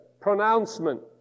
pronouncement